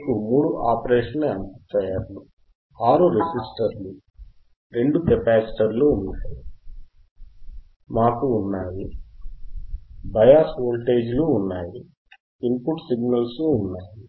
మీకు మూడు ఆపరేషనల్ యాంప్లిఫైయర్లు ఆరు రెసిస్టర్లు రెండు కెపాసిటర్లు ఉన్నాయి మాకు ఉన్నాయి బయాస్ వోల్టేజీలు ఉన్నాయి ఇన్పుట్ సిగ్నల్స్ ఉన్నాయి